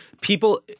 People